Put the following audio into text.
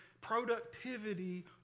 Productivity